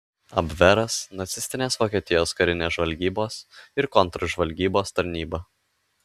abveras nacistinės vokietijos karinės žvalgybos ir kontržvalgybos tarnyba